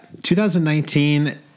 2019